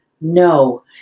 No